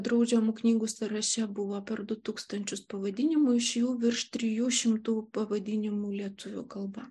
draudžiamų knygų sąraše buvo per du tūkstančius pavadinimų iš jų virš trijų šimtų pavadinimų lietuvių kalba